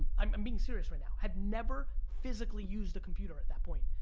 i'm being serious right now. had never physically used a computer at that point